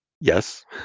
Yes